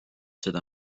seda